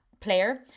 player